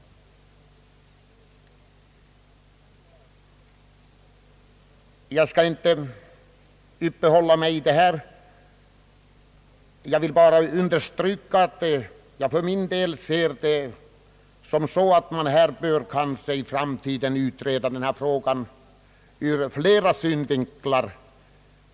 Jag skall inte uppehålla mig vid denna fråga. Jag vill bara understryka att man kanske i framtiden får utreda denna fråga ur flera synvinklar.